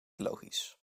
logisch